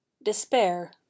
despair